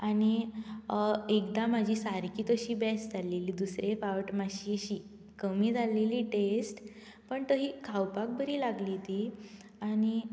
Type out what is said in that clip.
आनी एकदा म्हजी सारकी तशी बॅस्ट जाल्लेली दुसरे फावट मात्शी अशीं कमी जाल्लेली टेस्ट पण तही खावपाक बरी लागली ती आनी